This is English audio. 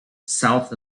south